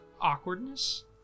awkwardness